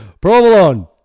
Provolone